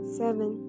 seven